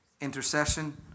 intercession